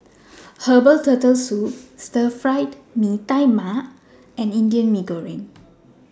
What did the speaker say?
Herbal Turtle Soup Stir Fried Mee Tai Mak and Indian Mee Goreng